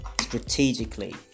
strategically